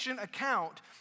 account